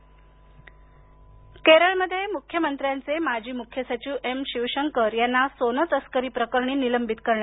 केरळसोनं केरळमध्ये मुख्यमंत्र्यांचे माजी मुख्य सचिव एमशिवशंकर यांना सोनं तस्करी प्रकरणी निलंबित करण्यात